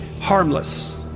harmless